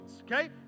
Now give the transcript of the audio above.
okay